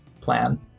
plan